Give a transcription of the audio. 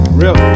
real